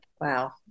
wow